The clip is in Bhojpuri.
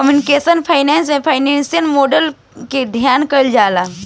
कंप्यूटेशनल फाइनेंस में फाइनेंसियल मॉडल के अध्ययन कईल जाला